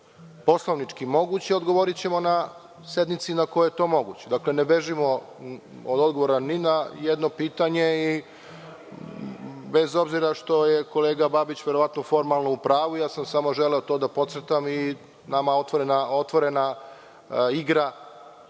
poslovnički moguće onda ćemo odgovoriti na sednici na kojoj je to moguće. Dakle, ne bežimo od odgovora ni na jedno pitanje i bez obzira što je kolega Babić formalno u pravu, samo sam želeo to da podvučem i nama otvorena igra,